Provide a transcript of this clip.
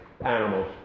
animals